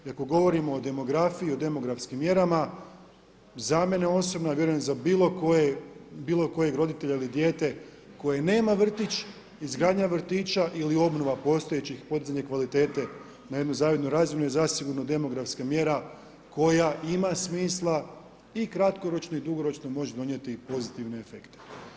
I ako govorimo o demografiji, o demografskim mjerama, za mene osobno a vjerujem i za bilo kojeg roditelja ili dijete koje nema vrtić, izgradnja vrtića ili obnova postojećih, podizanje kvalitete na jednu zavidnu razinu je zasigurno demografska mjera koja ima smisla i kratkoročno i dugoročno može donijeti pozitivne efekte.